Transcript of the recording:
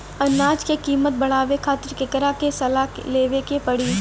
अनाज क कीमत बढ़ावे खातिर केकरा से सलाह लेवे के पड़ी?